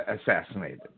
assassinated